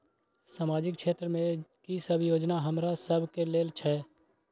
सामाजिक क्षेत्र में की सब योजना हमरा सब के लेल छै?